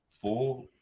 four